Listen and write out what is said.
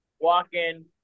walking